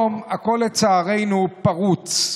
לצערנו, היום הכול פרוץ.